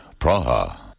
Praha